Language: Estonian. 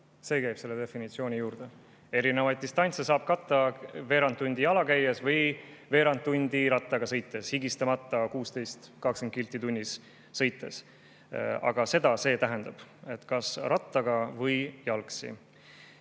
See käib selle definitsiooni juurde. Erinevaid distantse saab katta veerand tundi jala käies või veerand tundi rattaga sõites, higistamata, 16–20 kilti tunnis sõites. Aga see tähendab, et kas rattaga või jalgsi. Ja